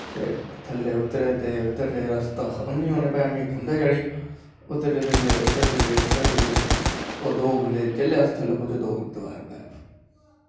ते थल्लै उतरे उतरे रस्ता खत्म नी होऐ मिगी खुं'दक चढ़ी उतरदे गे उतरदे गे दो बंदे जिसलै अस थल्लै पुज्जे ओ् दो बंदे उध्दर गै